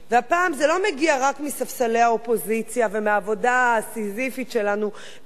הפעם זה לא מגיע רק מספסלי האופוזיציה ומהעבודה הסיזיפית שלנו בכל